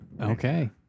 Okay